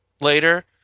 later